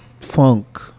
funk